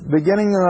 beginning